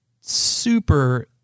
super